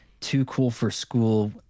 too-cool-for-school